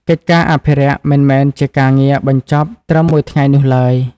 កិច្ចការអភិរក្សមិនមែនជាការងារបញ្ចប់ត្រឹមមួយថ្ងៃនោះឡើយ។